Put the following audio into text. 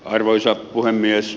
arvoisa puhemies